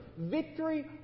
Victory